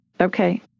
Okay